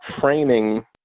framing